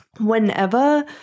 Whenever